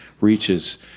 reaches